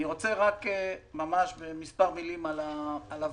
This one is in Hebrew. אני רוצה לומר כמה מילים על הוועדה